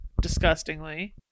Disgustingly